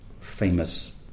famous